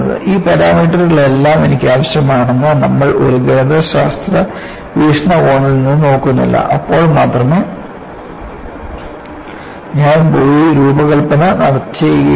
ഈ പരാമീറ്ററുകളെല്ലാം എനിക്ക് ആവശ്യമാണെന്ന് നമ്മൾ ഒരു ഗണിതശാസ്ത്ര വീക്ഷണകോണിൽ നിന്ന് നോക്കുന്നില്ല അപ്പോൾ മാത്രമേ ഞാൻ പോയി രൂപകൽപ്പന ചെയ്യുകയുള്ളൂ